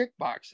kickboxing